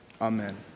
Amen